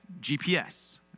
GPS